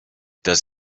does